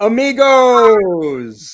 Amigos